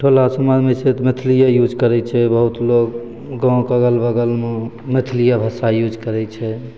टोला समाजमे छै तऽ मैथिलिए यूज करै छै बहुत लोक गामके अगल बगलमे मैथलिए भाषा यूज करै छै